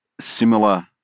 similar